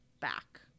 back